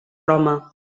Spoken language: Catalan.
roma